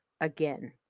again